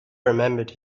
remembered